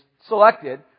selected